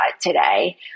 today